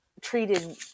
treated